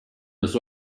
this